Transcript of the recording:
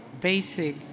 basic